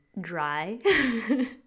dry